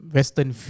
Western